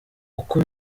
uko